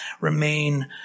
remain